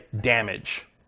damage